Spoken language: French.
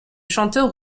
chanteur